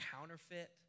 counterfeit